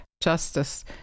justice